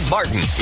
Martin